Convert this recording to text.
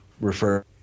refer